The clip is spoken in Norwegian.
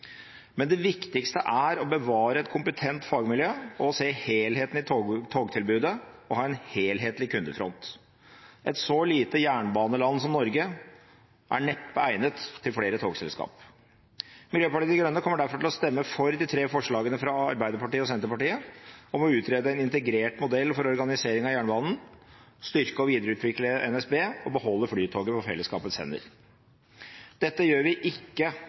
men det viktigste er å bevare et kompetent fagmiljø, å se helheten i togtilbudet og å ha en helhetlig kundefront. Et så lite jernbaneland som Norge er neppe egnet til flere togselskap. Miljøpartiet De Grønne kommer derfor til å stemme for de tre forslagene fra Arbeiderpartiet og Senterpartiet om å utrede en integrert modell for organisering av jernbanen, styrke og videreutvikle NSB og beholde Flytoget på fellesskapets hender. Dette gjør vi ikke